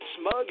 Smug